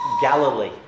Galilee